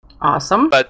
Awesome